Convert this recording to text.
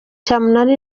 cyamunara